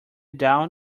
down